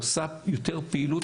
עושה יותר פעילות,